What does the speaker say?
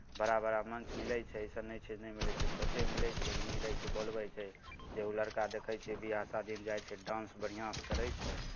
बड़ा बड़ा मंच मिलै छै अइसन नहि छै जे नहि मिलै छै से छोटे मिलै छै लेकिन मिलै छै बोलबै छै जे एगो लड़का देखै छियै ब्याह शादीमे जाइ छै डान्स बढ़िआँसँ करै छै